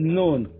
Known